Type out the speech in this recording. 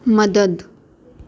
મદદ